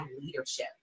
leadership